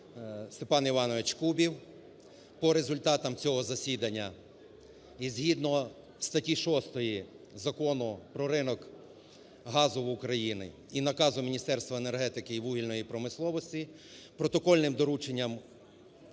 Степан Іванович Кубів. По результатам цього засідання і згідно статті 6 Закону про ринок газу в Україні і наказу Міністерства енергетики і вугільної промисловості протокольним дорученням